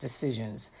decisions